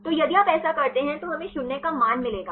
तो यदि आप ऐसा करते हैं तो हमें 0 का मान मिलेगा